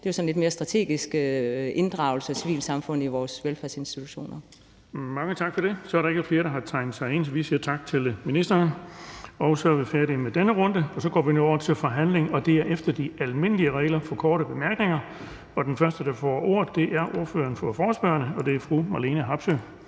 vores lidt mere strategiske inddragelse af civilsamfundet i vores velfærdsinstitutioner.